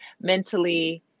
mentally